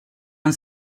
han